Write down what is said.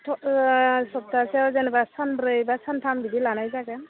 सप्तासेयाव जेनेबा सानब्रै बा सानथाम बिदि लानाय जागोन